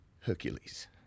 Hercules